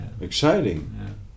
exciting